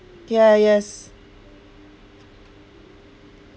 ya yes